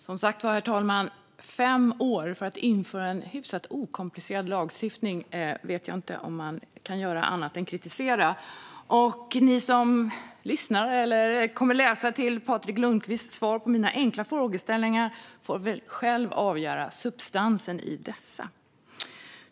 Herr talman! Som sagt var: fem år för att införa en hyfsat okomplicerad lagstiftning. Jag vet inte om man kan göra annat än att kritisera det. Ni som lyssnar på eller kommer att läsa Patrik Lundqvists svar på mina enkla frågeställningar får väl själva avgöra substansen i dessa.